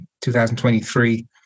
2023